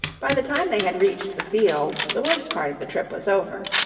by the time they had reached the fields the worst part of the trip was over.